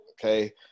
okay